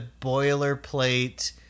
boilerplate